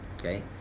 Okay